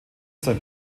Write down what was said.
sein